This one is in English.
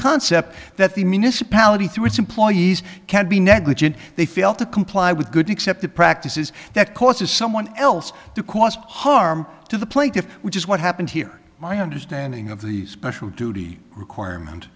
concept that the municipality through its employees can be negligent they fail to comply with good except the practices that causes someone else to cost harm to the plaintiff which is what happened here my understanding of the special duty requirement